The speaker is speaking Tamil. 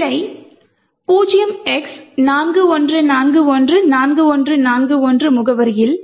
பிழை 0x41414141 முகவரியில்